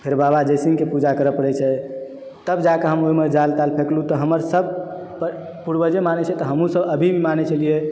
फेर बाबा जयसिंहके पूजा करै पड़ै छै तब जाके हम ओहिमे जाल ताल फेकलहुँ तऽ हमर सब पूर्वजे मानै छै तऽ हमसब अभी भी मानै छलियै